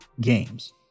games